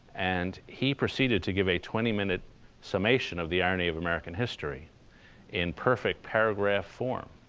and he proceeded to give a twenty minute summation of the irony of american history in perfect paragraph form